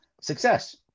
success